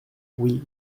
oui